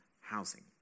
housing